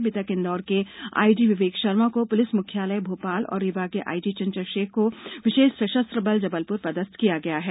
अभी तक इन्दौर के आईजी विवेक शर्मा को पुलिस मुख्यालय भोपाल और रीवा के आईजी चंचल शेखर को विशेष सशस्त्र बल जबलपुर पदस्थ किया गया है